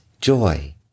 joy